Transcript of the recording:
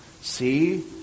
see